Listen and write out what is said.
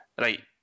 Right